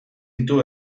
ditu